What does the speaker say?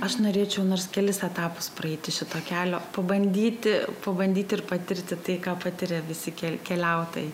aš norėčiau nors kelis etapus praeiti šito kelio pabandyti pabandyti ir patirti tai ką patiria visi kiti keliautojai